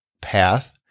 path